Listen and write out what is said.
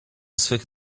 swych